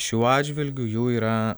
šiuo atžvilgiu jų yra